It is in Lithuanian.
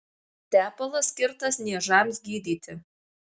tepalas skirtas niežams gydyti